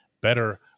Better